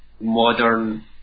modern